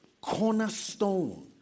cornerstone